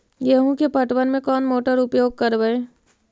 गेंहू के पटवन में कौन मोटर उपयोग करवय?